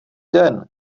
den